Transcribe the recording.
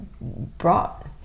brought